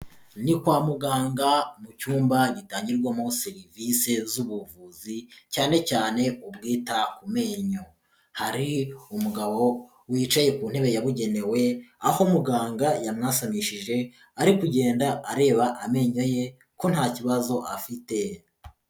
Ni kwa muganga mu cyumba gitangirwamo serivise z'ubuvuzi cyane cyane ubwita ku menyo, hari umugabo wicaye ku ntebe yabugenewe aho muganga yamwasamishije ari kugenda areba amenyo ye ko nta kibazo afite.